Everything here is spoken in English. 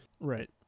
Right